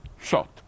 shot